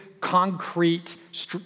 concrete